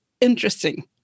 interesting